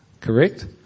Correct